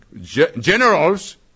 generals